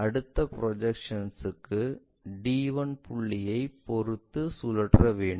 அடுத்த ப்ரொஜெக்ஷன்ஸ் க்கு d 1 புள்ளியை பொருத்து சுழற்ற வேண்டும்